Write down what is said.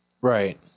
Right